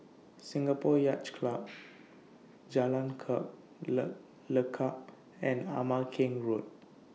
Singapore Yacht Club Jalan Le Lekub and Ama Keng Road